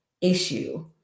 issue